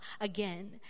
again